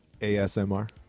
ASMR